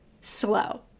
slow